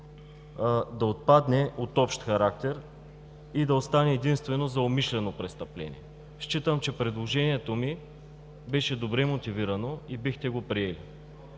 да отпадне „от общ характер“ и да остане единствено „за умишлено престъпление“. Считам, че предложението ми беше добре мотивирано и бихте го приели.